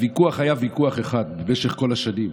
הוויכוח היה ויכוח אחד במשך כל השנים.